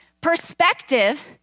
Perspective